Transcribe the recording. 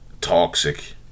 toxic